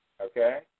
okay